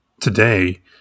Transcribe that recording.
today